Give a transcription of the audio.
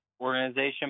organization